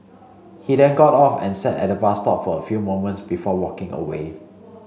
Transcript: he then got off and sat at the bus stop for a few moments before walking away